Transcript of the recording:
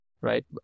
Right